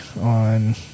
on